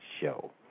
show